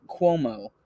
Cuomo